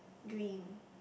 green